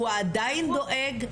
שהוא עדיין דואג,